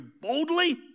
boldly